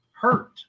hurt